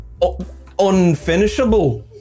unfinishable